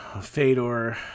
Fedor